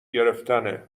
گرفتنه